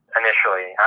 initially